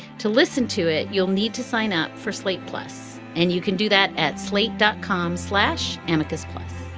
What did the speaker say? to listen to it, you'll need to sign up for slate plus. and you can do that at slate dot com slash amoco's plus